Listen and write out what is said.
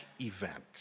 event